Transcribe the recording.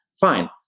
fine